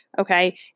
Okay